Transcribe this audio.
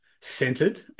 centered